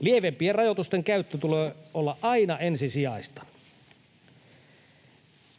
Lievempien rajoitusten käytön tulee olla aina ensisijaista.